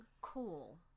Cool